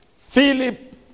Philip